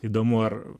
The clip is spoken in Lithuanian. įdomu ar